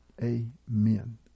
Amen